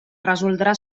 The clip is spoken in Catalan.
resoldrà